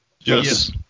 Yes